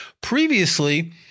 Previously